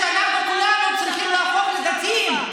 החלטתם שאנחנו כולנו צריכים להפוך לדתיים,